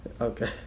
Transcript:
Okay